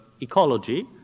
ecology